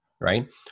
right